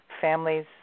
families